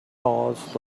paused